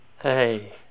Hey